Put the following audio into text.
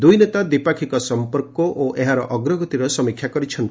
ଦୁଇ ନେତା ଦ୍ୱିପାକ୍ଷିକ ସଂପର୍କ ଓ ଏହାର ଅଗ୍ରଗତିର ସମୀକ୍ଷା କରିଛନ୍ତି